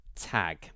Tag